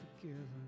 forgiven